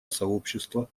сообщества